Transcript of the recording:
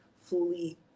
fully